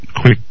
quick